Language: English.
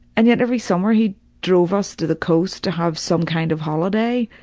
and yet every summer he drove us to the coast to have some kind of holiday.